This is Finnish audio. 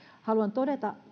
haluan todeta